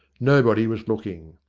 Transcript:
nobody was looking.